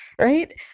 right